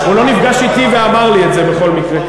הוא לא נפגש אתי ואמר לי את זה, בכל מקרה.